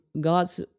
God's